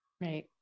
Right